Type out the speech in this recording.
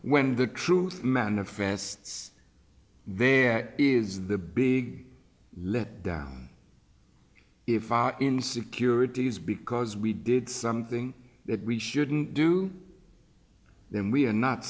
when the truth manifests there is the big let down if our insecurities because we did something that we shouldn't do then we are not